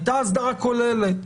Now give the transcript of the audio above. הייתה הסדרה כוללת.